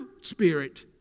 spirit